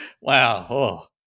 wow